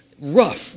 rough